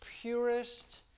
purest